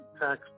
tax